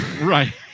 right